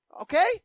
Okay